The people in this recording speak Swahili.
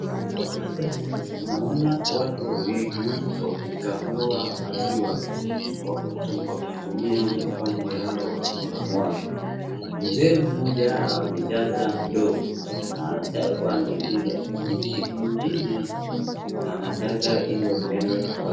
Kwa picha hii, naona watu wawili wakikamua maziwa wakitumia mkono yao kukamua, mzee mmoja amejaza ndoo, na anataka kuanza ingine, mwingine anajaza ile mbele bado.